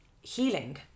healing